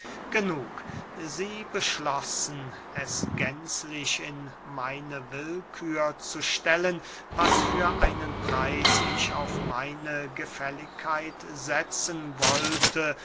genug sie beschlossen es gänzlich in meine willkühr zu stellen was für einen preis ich auf meine gefälligkeit setzen wollte